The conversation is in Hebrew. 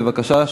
בבקשה.